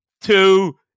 two